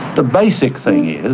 the basic thing is,